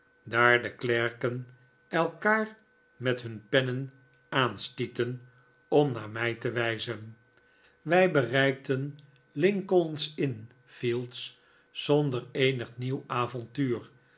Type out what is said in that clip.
daar de klerken elkaar met hun pennen aanstieten dm naar mij te wijzen wij bereikten lincoln's inn fields zonder eenig nieuw avontuur